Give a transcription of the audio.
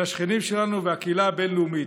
של השכנים שלנו והקהילה הבין-לאומית.